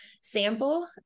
sample